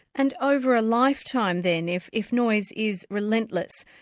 and over a lifetime then if if noise is relentless,